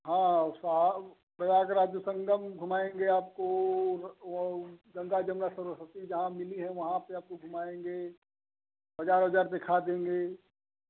हाँ हाँ स्वाहा प्रयागराज संगम घुमाएंगे आपको व वो गंगा जमुना सरस्वती जहाँ मिली हैं वहाँ पर आपको घुमाएंगे बाज़ार वजार दिखा देंगे